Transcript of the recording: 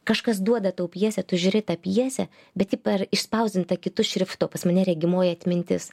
kažkas duoda tau pjesę tu žiūri į tą pjesę bet ji per išspausdinta kitu šriftu pas mane regimoji atmintis